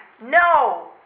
No